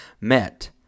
met